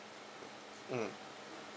mm